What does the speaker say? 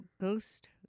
Ghost